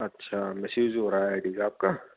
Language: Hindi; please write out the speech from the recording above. अच्छा मिसयूज हो रहा है आईडी का आपका